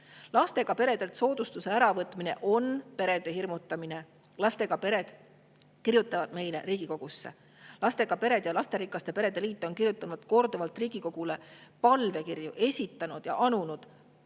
Lastega peredelt soodustuse äravõtmine on perede hirmutamine. Lastega pered kirjutavad meile Riigikogusse. Lastega pered ja lasterikaste perede liit on kirjutanud korduvalt Riigikogule palvekirju ja anunud,